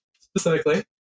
specifically